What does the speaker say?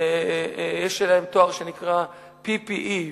יש להם תואר שנקרא PPE,